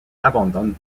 abandonne